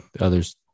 others